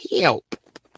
help